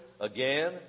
again